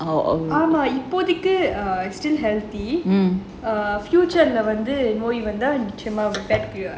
ஆமா இப்போதிக்கு:aamaa ippothiku err still healthy err future leh வந்து நோய் வந்தா நிச்சயமா:vanthu noi vantha nichayamaa back